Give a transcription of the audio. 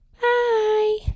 bye